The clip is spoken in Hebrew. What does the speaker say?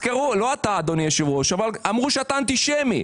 לא אתה, אדוני היושב-ראש, אבל אמרו שאתה אנטישמי.